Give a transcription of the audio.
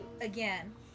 again